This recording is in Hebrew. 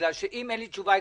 בגלל שאם אין לי תשובה עקרונית,